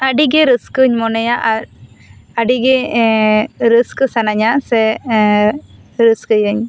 ᱟᱹᱰᱤ ᱜᱮ ᱨᱟᱹᱥᱠᱟᱹᱧ ᱢᱚᱱᱮᱭᱟ ᱟᱨ ᱟᱹᱰᱤ ᱜᱮ ᱨᱟᱹᱥᱠᱟᱹ ᱥᱟᱱᱟᱹᱧᱟ ᱥᱮ ᱨᱟᱹᱥᱠᱟᱹᱭᱟᱹᱧ